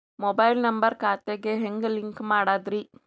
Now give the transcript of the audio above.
Mobile number ಖಾತೆ ಗೆ ಹೆಂಗ್ ಲಿಂಕ್ ಮಾಡದ್ರಿ?